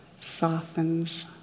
softens